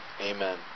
Amen